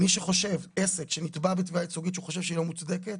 עסק שנתבע בתביעה ייצוגיות שחושב שהיא לא מוצדקת